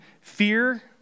fear